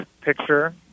picture